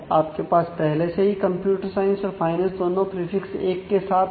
आपके पास पहले से ही कंप्यूटर साइंस और फाइनेंस दोनों प्रीफिक्स 1 के साथ हैं